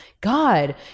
god